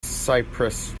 cypress